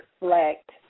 reflect